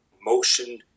motion